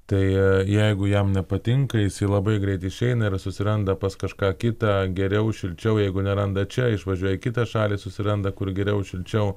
tai jeigu jam nepatinka jisai labai greit išeina ir susiranda pas kažką kitą geriau šilčiau jeigu neranda čia išvažiuoja į kitą šalį susiranda kur geriau šilčiau